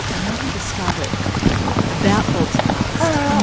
and what he discovered about bob's past